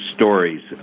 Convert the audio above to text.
stories